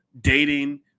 dating